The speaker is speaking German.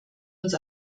uns